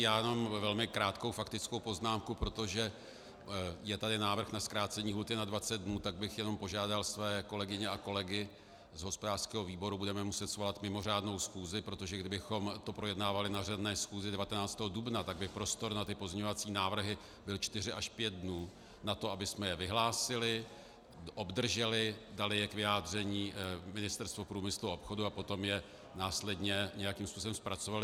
Já jenom velmi krátkou faktickou poznámku, protože je tady návrh na zkrácení lhůty na 20 dnů, tak bych jenom požádal své kolegyně a kolegy z hospodářského výboru, budeme muset svolat mimořádnou schůzi, protože kdybychom to projednávali na řádné schůzi 19. dubna, tak by prostor na ty pozměňovací návrhy byl čtyři až pět dnů, na to, abychom je vyhlásili, obdrželi, dali je k vyjádření Ministerstvu průmyslu a obchodu a potom je následně nějakým způsobem zpracovali.